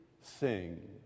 sing